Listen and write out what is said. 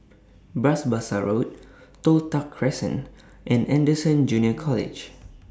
Bras Basah Road Toh Tuck Crescent and Anderson Junior College